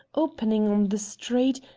opening on the street,